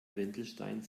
wendelstein